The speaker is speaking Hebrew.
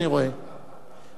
אנחנו ממשיכים בסדר-היום.